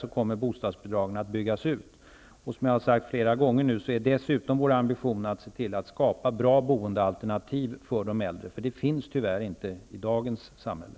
Som jag nu har sagt flera gånger är det dessutom vår ambition att skapa bra boendealternativ för de äldre. Sådana finns tyvärr inte i dagens samhälle.